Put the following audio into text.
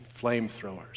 flamethrowers